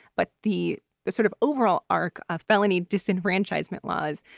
but the the sort of overall arc of felony disenfranchisement laws,